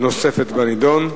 נוספת בנדון.